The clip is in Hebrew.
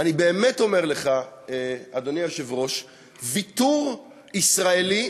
אני באמת אומר לך, אדוני היושב-ראש, ויתור ישראלי,